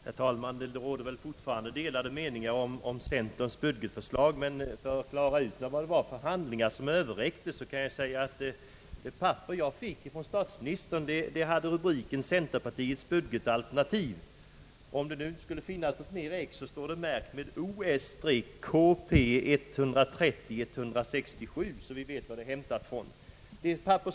Herr talman! Det råder fortfarande delade meningar om centerns budgetförslag, mellan statsministern och mig men för att klara ut vad det var för handlingar som Överräcktes kan jag meddela att det papper som jag fick från statsministern hade till rubrik Centerpartiets budgetalternativ. Om det nu inte finns något mer exemplar av denna handling, kan jag tala om att det var märkt OS 167.